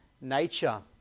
nature